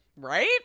Right